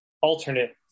alternate